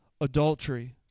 adultery